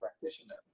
practitioner